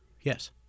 yes